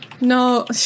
No